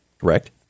Correct